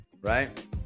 right